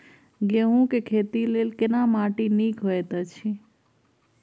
गेहूँ के खेती लेल केना माटी नीक होयत अछि?